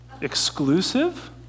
exclusive